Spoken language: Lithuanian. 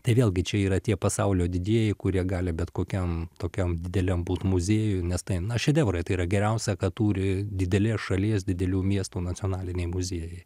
tai vėlgi čia yra tie pasaulio didieji kurie gali bet kokiam tokiam dideliam būti muziejuje nes tai na šedevrai tai yra geriausia ką turi didelės šalies didelių miestų nacionaliniai muziejai